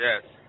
yes